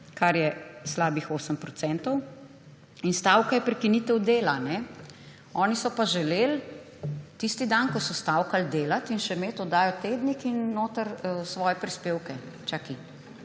kar je slabih 8%. Stavka je prekinitev dela. Oni so pa želeli tisti dan, ko so stavkali, delati in še imeti oddajo Tednik in noter svoje prispevke. Čakaj,